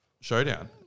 showdown